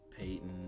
Peyton